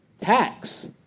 Tax